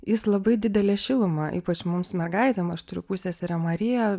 jis labai didelė šiluma ypač mums mergaitėm aš turiu pusseserę mariją